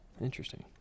Interesting